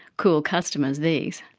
cool customers these!